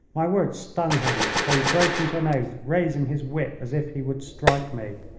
my words stung him, for he broke into an oath, raising his whip as if he would strike me.